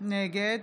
נגד